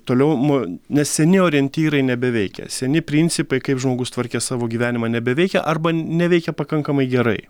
toliau man nes seni orientyrai nebeveikia seni principai kaip žmogus tvarkė savo gyvenimą nebeveikia arba neveikia pakankamai gerai